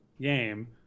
game